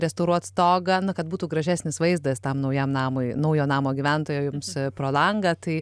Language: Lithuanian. restauruot stogą na kad būtų gražesnis vaizdas tam naujam namui naujo namo gyventojams pro langą tai